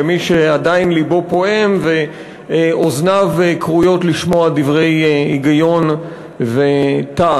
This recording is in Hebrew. למי שעדיין לבו פועם ואוזניו כרויות לשמוע דברי היגיון וטעם.